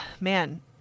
man